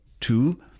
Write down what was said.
Two